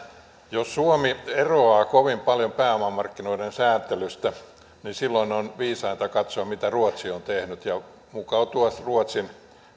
jos suomi eroaa kovin paljon pääomamarkkinoiden sääntelystä niin silloin on viisainta katsoa mitä ruotsi on tehnyt ja mukautua ruotsin